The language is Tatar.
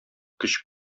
көч